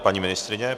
Paní ministryně.